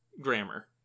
grammar